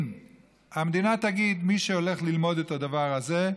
אם המדינה תגיד שמי שהולך ללמוד את הדבר הזה,